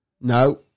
No